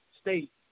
state